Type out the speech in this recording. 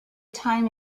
time